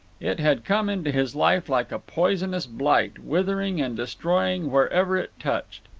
it had come into his life like a poisonous blight, withering and destroying wherever it touched.